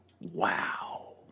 wow